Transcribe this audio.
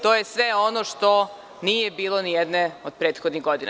To je sve ono što nije bilo nijedne od prethodnih godina.